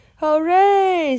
Hooray